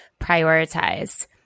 prioritize